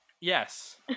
yes